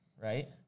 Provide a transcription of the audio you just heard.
right